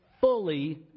fully